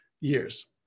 years